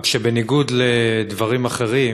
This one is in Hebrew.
רק שבניגוד לדברים אחרים